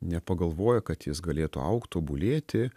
nepagalvoja kad jis galėtų augt tobulėti